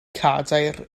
cadair